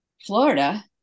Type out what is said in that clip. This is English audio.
Florida